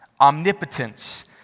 Omnipotence